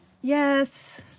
Yes